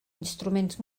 instruments